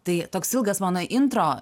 tai toks ilgas mano intro